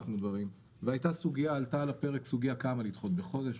ועלתה על הפרק סוגיה לדחות בחודש,